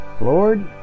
Lord